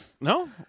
No